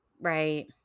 Right